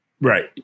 Right